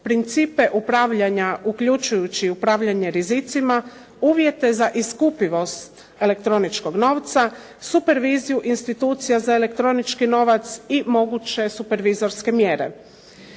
principe upravljanja uključujući upravljanje rizicima, uvjete za iskupivost elektroničkog novca, superviziju institucija za elektronički novac i moguće supervizorske mjere.